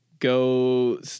Go